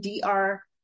dr